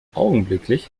augenblicklich